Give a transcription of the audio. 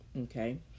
okay